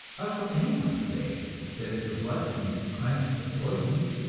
how shall anyone say that if the blood-stream is cleansed of poisons,